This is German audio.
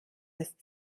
ist